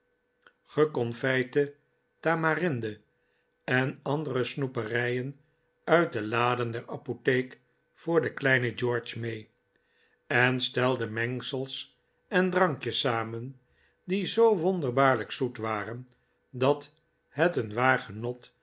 geconfijte tamarinde en andere snoeperijen uit de laden der apotheek voor den kleinen george mee en stelde mengsels en drankjes samen die zoo wonderbaarlijk zoet waren dat het een waar